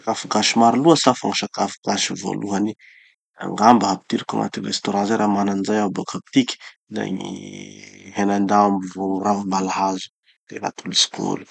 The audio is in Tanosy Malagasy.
sakafo gasy maro loatsy an. Fa gny sakafo gasy voalohany angamba hampidiriko agnatin'ny restaurant zay raha mana anizay aho boka atiky, da gny henan-dambo vo ravim-balahazo. Zay gn'atolotsiko gn'olo.